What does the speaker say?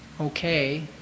okay